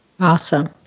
Awesome